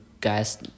guys